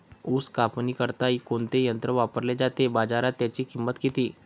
ऊस कापणीकरिता कोणते यंत्र वापरले जाते? बाजारात त्याची किंमत किती?